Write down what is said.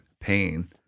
pain